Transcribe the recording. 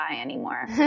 anymore